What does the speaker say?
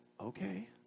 okay